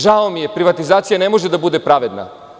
Žao mi je, privatizacija ne može da bude pravedna.